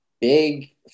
big